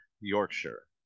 Yorkshire